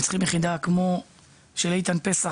וצריכים יחידה כמו של איתן פסח,